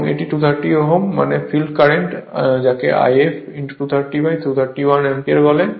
এবং এটি 230 Ω মানে ফিল্ড কারেন্ট যাকে If 230 231 অ্যাম্পিয়ার বলে